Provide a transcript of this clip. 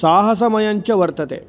साहसमयञ्च वर्तते